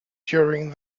during